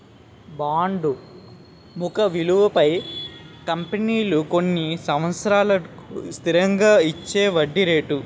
bond ముఖ విలువపై కంపెనీలు కొన్ని సంవత్సరాలకు స్థిరంగా ఇచ్చేవడ్డీ రేటు